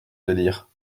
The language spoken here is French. délire